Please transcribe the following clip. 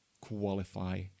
qualify